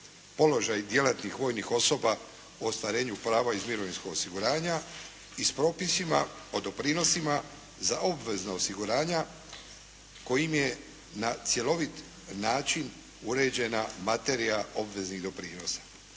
položaj djelatnih vojnih osoba o ostvarenju prava iz mirovinskog osiguranja i s propisima o doprinosima za obvezna osiguranja kojim je na cjelovit način uređena materija obveznih doprinosa.